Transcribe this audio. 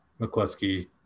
McCluskey